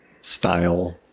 style